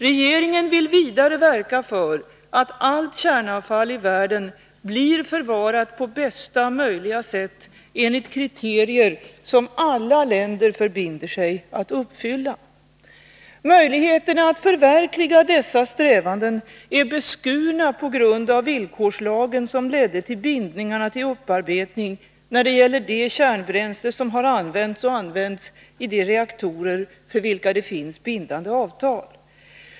Regeringen vill vidare verka för att allt kärnavfall i världen blir förvarat på bästa möjliga sätt enligt kriterier som alla länder förbinder sig att uppfylla. Möjligheterna att förverkliga dessa strävanden är beskurna på grund av villkorslagen, som ledde till bindningarna till upparbetning när det gäller det kärnbränsle som har använts och används i de reaktorer för vilka det finns bindande avtal.